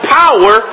power